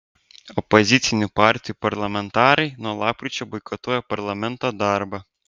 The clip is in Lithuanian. opozicinių partijų parlamentarai nuo lapkričio boikotuoja parlamento darbą